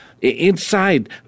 Inside